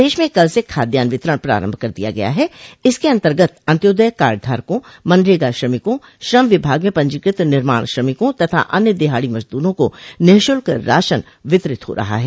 प्रदेश में कल से खाद्यान्न वितरण प्रारम्भ कर दिया गया है इसके अन्तर्गत अन्त्योदय कार्डधारकों मनरेगा श्रमिकों श्रम विभाग में पंजीकृत निर्माण श्रमिकों तथा अन्य देहाड़ी मजदूरों को निःशुल्क राशन वितरित हो रहा है